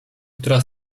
która